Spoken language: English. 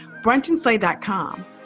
Brunchandslay.com